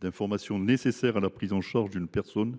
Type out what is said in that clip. d’informations nécessaires à la prise en charge d’une personne